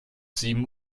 sieben